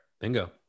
Bingo